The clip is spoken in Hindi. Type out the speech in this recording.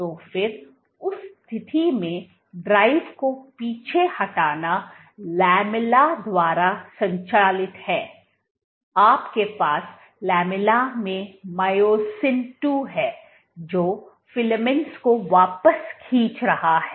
तो फिर उस स्थिति में ड्राइव को पीछे हटाना लामेला द्वारा संचालित है आपके पास लामेला में मायोसिन II है जो फिलामेंट्स को वापस खींच रहा है